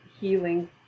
healing